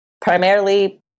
Primarily